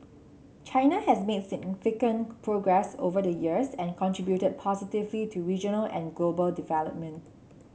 China has made significant progress over the years and contributed positively to regional and global development